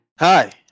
Hi